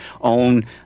own